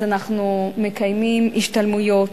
אנחנו מקיימים השתלמויות,